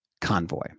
convoy